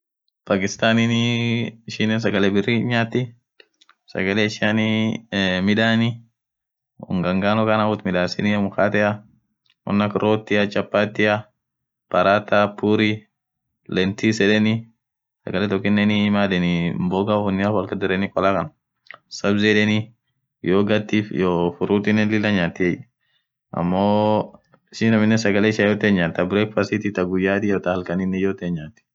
Pakistanin ishinen sagale birri nyathi sagale ishian midhani unga ngaano khan woth midhaseni akaa mkatea wonn akaa rotti chapatia parataaa puria lentis yedheni sagale tokinen maan yedheni mboga wonia wolkasdhereni khola Khan savsi yedheni yogurtif iyo frutinen lila nyati ammo ishini aminen sagale ishia yote hinyathi thaa break fastit thaa guyya iyo thaa halkani yote hinyathi